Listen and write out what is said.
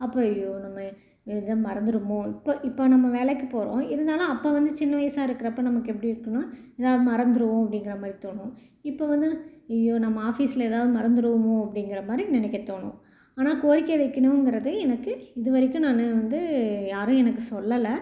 அப்ப ஐய்யய்யோ நம்ம ஏதோ மறந்துடுமோ இப்போ இப்போ நம்ம வேலைக்கு போகிறோம் இருந்தாலும் அப்போ வந்து சின்ன வயசாக இருக்கிறப்ப நமக்கு எப்படி இருக்குன்னால் ஏதா மறந்துடுவோம் அப்படிங்கிற மாதிரி தோணும் இப்போ வந்து ஐயோ நம்ம ஆஃபிஸில் எதாவது மறந்துடுவோமோ அப்படிங்கிற மாதிரி நினைக்க தோணும் ஆனால் கோரிக்கை வைக்கணுங்கிறது எனக்கு இது வரைக்கும் நான் வந்து யாரும் எனக்கு சொல்லலை